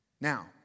Now